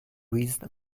wisdom